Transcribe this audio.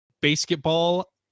Basketball